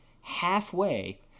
halfway